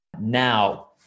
Now